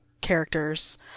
characters